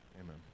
Amen